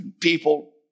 people